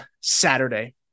Saturday